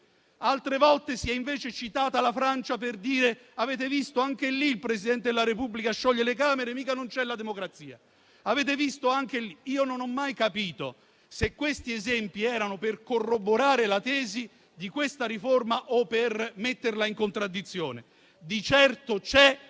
Altre volte si è invece citata la Francia per dimostrare che anche lì il Presidente della Repubblica scioglie le Camere e non è che lì non vi sia la democrazia. Non ho mai capito se questi esempi servissero per corroborare la tesi di questa riforma o per metterla in contraddizione. Di certo c'è